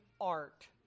art